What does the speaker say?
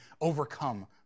overcome